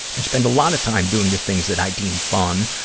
i spend a lot of time doing the things that i deem fun,